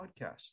podcast